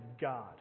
God